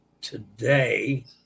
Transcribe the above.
today